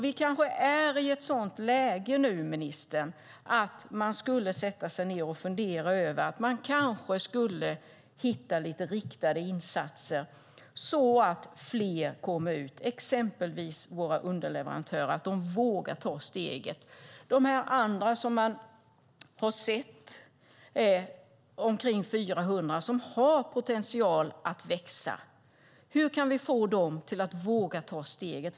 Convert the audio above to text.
Vi kanske är i ett sådant läge, ministern, att man ska sätta sig ned, fundera och försöka hitta lite riktade insatser så att fler kommer ut, exempelvis våra underleverantörer, och vågar ta steget. Hur kan vi få de omkring 400 som har potential att växa att våga ta steget?